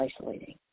isolating